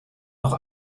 noch